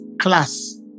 class